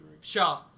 Shaw